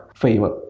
favor